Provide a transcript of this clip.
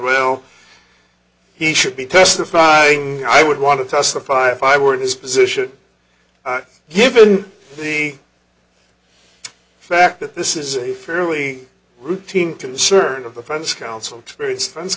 well he should be testifying i would want to testify if i were in his position the fact that this is a fairly routine concern of the french counsel experience f